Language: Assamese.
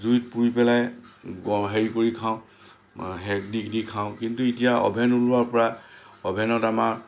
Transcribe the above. জুইত পুৰি পেলাই গৰম হেৰি কৰি খাওঁ সেক দি দি খাওঁ কিন্তু এতিয়া অভেন ওলোৱাৰ পৰা অভেনত আমাৰ